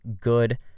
good